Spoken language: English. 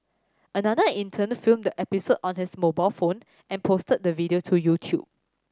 another intern filmed the episode on his mobile phone and posted the video to YouTube